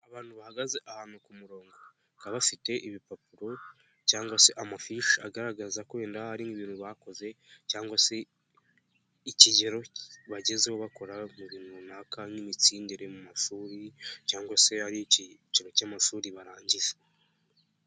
Abantu bahagaze ahantu ku murongo, bakaba bafite ibipapuro cyangwa se amafishi, agaragaza ko wenda hari ibintu bakoze cyangwa se ikigero bagezeho bakora mu bintu runaka nk'imitsindire mu mashuri cyangwa se ari icyiciro cy'amashuri barangija.